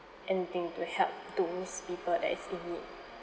anything to help those people that is in need